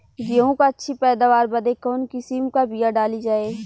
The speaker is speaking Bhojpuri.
गेहूँ क अच्छी पैदावार बदे कवन किसीम क बिया डाली जाये?